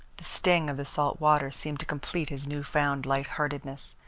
the sting of the salt water seemed to complete his new-found light-heartedness.